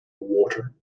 water